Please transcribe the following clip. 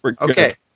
Okay